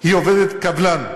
היא עובדת קבלן.